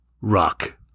Rock